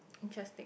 interesting